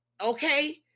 okay